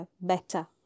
better